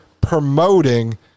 promoting